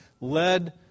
led